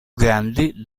grandi